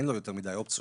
אין לו יותר מדי אופציות,